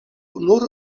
nur